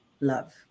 love